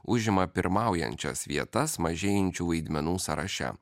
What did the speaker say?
užima pirmaujančias vietas mažėjančių vaidmenų sąraše